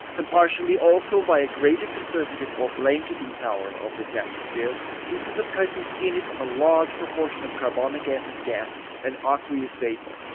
and partially also by a greater conservative or blanketing power of its atmosphere due to the presence in it of a large proportion of carbonic acid gas and aqueous vapour.